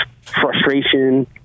frustration